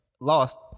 lost